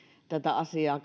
tätä asiaa